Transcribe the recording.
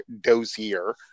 dozier